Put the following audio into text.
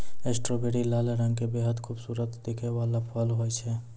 strawberry लाल रंग के बेहद खूबसूरत दिखै वाला फल होय छै